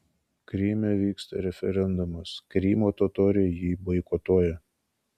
kryme vyksta referendumas krymo totoriai jį boikotuoja